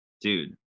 Dude